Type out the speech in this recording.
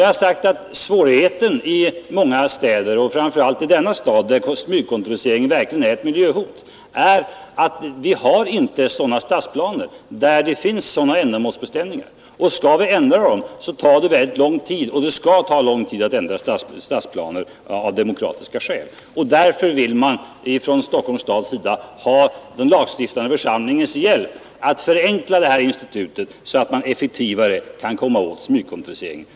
Vi har sagt att svårigheten i många städer och framför allt i denna stad, där smygkontoriseringen verkligen är ett miljöhot, är att vi inte har stadsplaner med sådana ändamålsbestämmelser. Skall vi ändra dem tar det dock rätt lång tid — det skall det göra av demokratiska skäl. Därför vill man från Stockholms stads sida ha den lagstiftande församlingens hjälp att förenkla instrumentet så att man effektivare kan komma åt smygkontoriseringen.